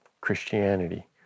Christianity